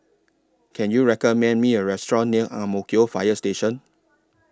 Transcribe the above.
Can YOU recommend Me A Restaurant near Ang Mo Kio Fire Station